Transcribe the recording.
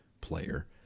player